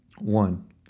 One